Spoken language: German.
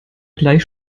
gleich